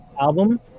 album